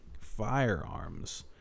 firearms